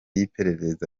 y’iperereza